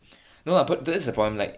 no lah but that's the point like